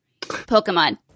Pokemon